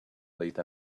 late